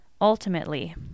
Ultimately